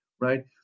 right